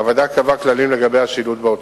הוועדה קבעה כללים לגבי השילוט באוטובוסים.